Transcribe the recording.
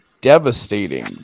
devastating